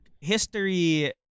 History